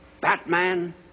Batman